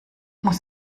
muss